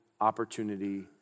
opportunity